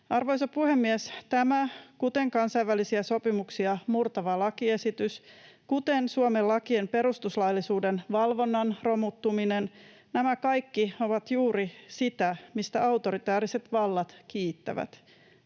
Arvoisa puhemies! Tämä, kuten kansainvälisiä sopimuksia murtava lakiesitys, kuten Suomen lakien perustuslaillisuuden valvonnan romuttuminen, nämä kaikki ovat juuri sitä, mistä autoritääriset vallat kiittävät.